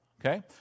Okay